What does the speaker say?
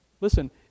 listen